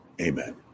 Amen